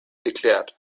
declared